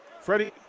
Freddie